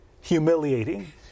humiliating